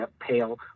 pale